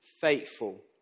faithful